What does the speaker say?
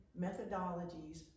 methodologies